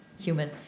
human